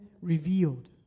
revealed